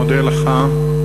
מודה לך.